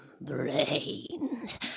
brains